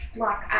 lock